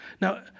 Now